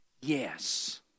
Yes